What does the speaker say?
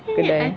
plan